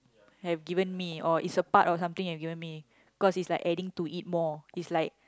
have given me or is a part of something you've given me cause it's like adding to it more it's like